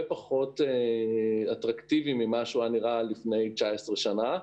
פחות אטרקטיבי ממה שהיה נראה לפני 19 שנים.